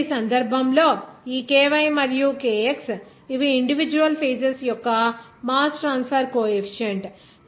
ఇప్పుడు ఈ సందర్భంలో ఈ ky మరియు kx ఇవి ఇండివిడ్యువల్ ఫేజెస్ యొక్క మాస్ ట్రాన్స్ఫర్ కోఎఫీసియంట్